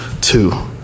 two